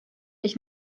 ich